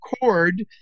cord